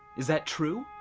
is that true?